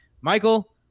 Michael